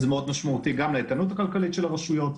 זה מאוד משמעותי לאיתנות הכלכלית של הרשויות,